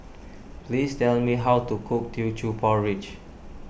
please tell me how to cook Teochew Porridge